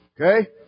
Okay